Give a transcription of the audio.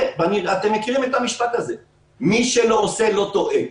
אתם מכירים את המשפט הזה: מי שלא עושה לא טועה.